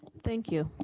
thank you.